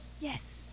Yes